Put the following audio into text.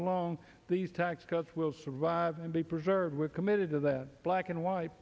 along these tax cuts will survive and be preserved we're committed to that black and wh